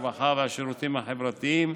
הרווחה והשירותים החברתיים,